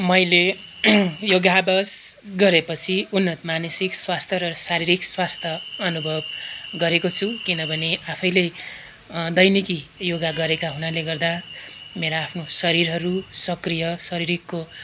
मैले यो गाह बस गरेपछि उन्नत मानसिक स्वस्थ्य र शारीरिक स्वास्थ्य अनुभव गरेको छु किनभने आफैले दैनिकी योगा गरेका हुनाले गर्दा मेरा आफ्नो शरीरहरू सक्रिय शरीरको